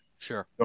Sure